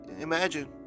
Imagine